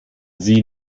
sie